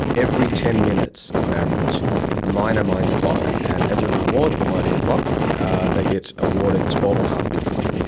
every ten minutes on average a miner mines a block, and as a reward for mining the block they get awarded twelve. and five bitcoin.